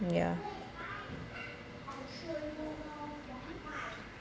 yeah